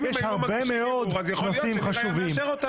ואם היו מגישים ערעור אז יכול להיות ש- -- היא מאשר אותן.